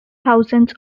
thousands